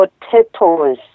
potatoes